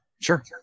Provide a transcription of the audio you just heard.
Sure